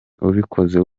ubikoze